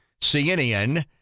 CNN